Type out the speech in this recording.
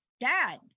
dad